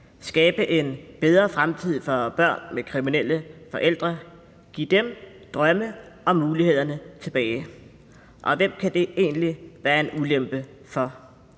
skabe en bedre fremtid for børn med kriminelle forældre, give dem drømmene og mulighederne tilbage. Og hvem kan det egentlig være en ulempe for?